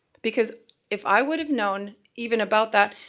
because if i would've known even about that,